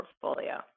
portfolio